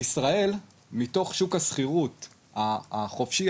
בישראל מתוך שוק השכירות החופשי,